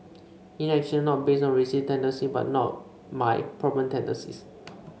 inaction not based on racist tendencies but not my problem tendencies